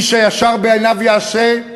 איש הישר בעיניו יעשה,